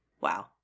Wow